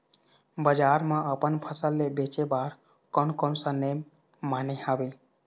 बजार मा अपन फसल ले बेचे बार कोन कौन सा नेम माने हवे?